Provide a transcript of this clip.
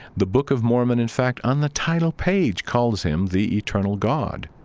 the book of mormon, in fact, on the title page, calls him the eternal god